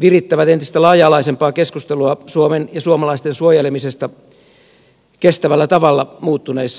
virittävät entistä laaja alaisempaa keskustelua suomen ja suomalaisten suojelemisesta kestävällä tavalla muuttuneissa oloissa